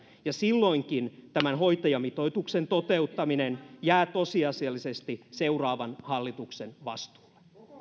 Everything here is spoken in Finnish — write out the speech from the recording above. ja silloinkin tämän hoitajamitoituksen toteuttaminen jää tosiasiallisesti seuraavan hallituksen vastuulle